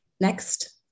Next